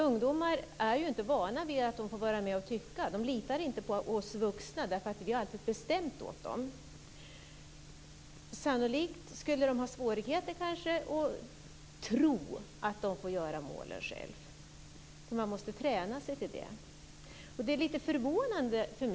Ungdomar är inte vana vid att de får vara med och tycka. De litar inte på oss vuxna, eftersom vi alltid har bestämt åt dem. Sannolikt skulle de ha svårt att tro att de får skriva målen själva. De måste träna sig på det. Jag blir lite förvånad.